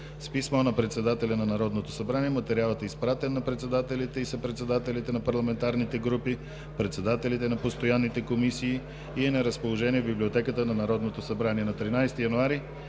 С писмо на председателя на Народното събрание материалът е изпратен на председателите и съпредседателите на парламентарните групи, председателите на постоянните комисии и е на разположение в Библиотеката на Народното събрание. На 13 януари